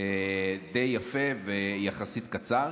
די יפה ויחסית די קצר.